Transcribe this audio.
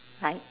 like